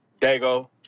Dago